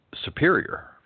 superior